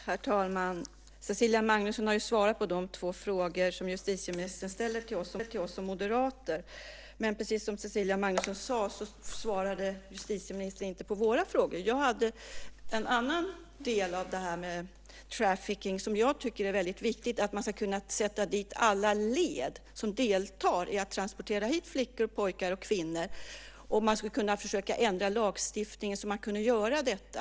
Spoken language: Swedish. Herr talman! Cecilia Magnusson har svarat på de två frågor som justitieministern ställer till oss som moderater. Men precis som Cecilia Magnusson sade så svarade justitieministern inte på våra frågor. Jag tog upp en annan del av trafficking som jag tycker är viktig, nämligen att man ska kunna sätta dit alla led som deltar i att transportera hit flickor, pojkar och kvinnor. Man skulle kunna försöka ändra lagstiftningen så att man kunde göra detta.